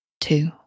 two